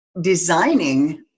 designing